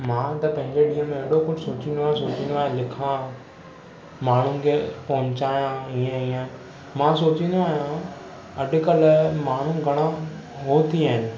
मां त पंहिंजे ॾींहं में हेॾो कुझु सोचींदो आहियां सोचींदो आहियां लिखां माण्हुनि खे पहुचायां हीअं हीअं मां सोचींदो आहियां अॼु कल्ह माण्हू घणा हो थी विया आहिनि